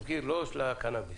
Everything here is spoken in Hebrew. לא של הקנביס.